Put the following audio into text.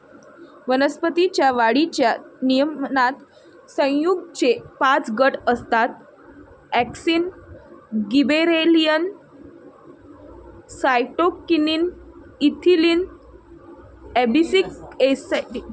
वनस्पतीं च्या वाढीच्या नियमनात संयुगेचे पाच गट असतातः auxin, gibberellin, cytokinin, ethylene, abscisic acid